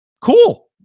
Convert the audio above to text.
Cool